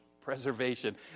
preservation